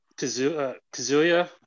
Kazuya